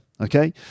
Okay